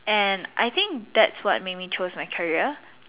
and I think that's what made me choose my career